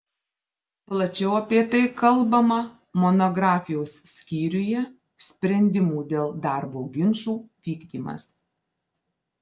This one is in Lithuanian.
plačiau apie tai kalbama monografijos skyriuje sprendimų dėl darbo ginčų vykdymas